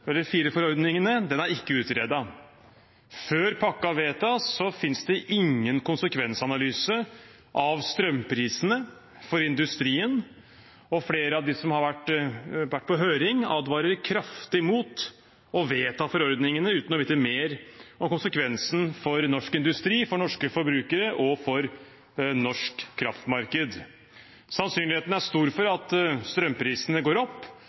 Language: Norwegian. fire forordningene er ikke utredet. Før pakken vedtas, finnes det ingen konsekvensanalyse for strømprisene eller for industrien, og flere av dem som har vært på høring, advarer kraftig mot å vedta forordningene uten å vite mer om konsekvensen for norsk industri, for norske forbrukere og for norsk kraftmarked. Sannsynligheten er stor for at strømprisene går opp